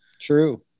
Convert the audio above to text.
True